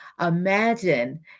imagine